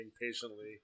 patiently